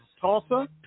Tulsa